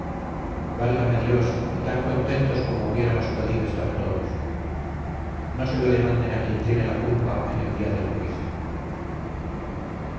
válgame dios y tan contentos como hubiéramos podido estar todos no se lo demanden a quien tiene la culpa en el día del juicio